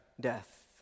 death